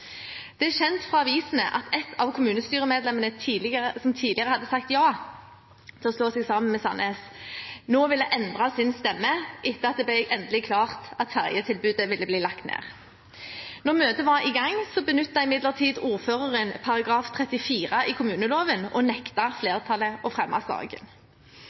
Det er kjent fra avisene at ett av kommunestyremedlemmene som tidligere hadde sagt ja til sammenslåing med Sandnes, nå ville endre sin stemme etter at det ble endelig klart at ferjetilbudet ville bli lagt ned. Da møtet var i gang, benyttet imidlertid ordføreren § 34 i kommuneloven og nektet flertallet å fremme saken.